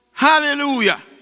Hallelujah